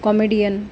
comedian